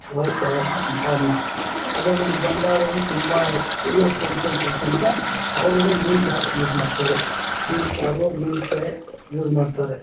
ವಯಸ್ಸಾದ ಅಪ್ಪ ಅಮ್ಮ ಅಂದರೆ ನಮ್ಮ ಗಂಡ ಅವ್ರಿಗೂ ತುಂಬ ಶುಗರ್ ಕಂಪ್ಲೇಂಟ್ ಇರ್ತಂತ ಅವರು ಮೀನು ಜಾಸ್ತಿ ಯೂಸ್ ಮಾಡ್ತಾರೆ ಮೀನು ಸಾರು ಮೀನು ಫ್ರೈ ಯೂಸ್ ಮಾಡ್ತಾರೆ